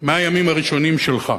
100 הימים הראשונים שלך.